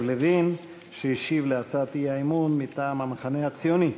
לוין שהשיב על הצעת האי-אמון מטעם המחנה הציוני.